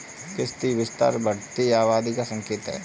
कृषि विस्तार बढ़ती आबादी का संकेत हैं